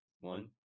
one